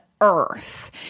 earth